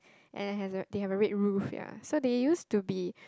and has a they have a red roof ya so they used to be